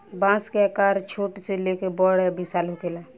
बांस के आकर छोट से लेके बड़ आ विशाल होखेला